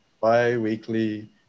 bi-weekly